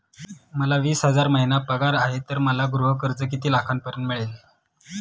मला वीस हजार महिना पगार आहे तर मला गृह कर्ज किती लाखांपर्यंत मिळेल?